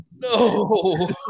No